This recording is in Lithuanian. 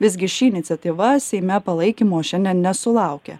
visgi ši iniciatyva seime palaikymo šiandien nesulaukė